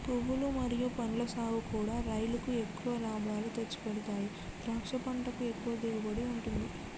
పువ్వులు మరియు పండ్ల సాగుకూడా రైలుకు ఎక్కువ లాభాలు తెచ్చిపెడతాయి ద్రాక్ష పంటకు ఎక్కువ దిగుబడి ఉంటది